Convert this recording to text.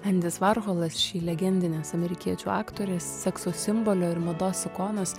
endis varcholas šį legendinės amerikiečių aktorės sekso simbolio ir mados ikonos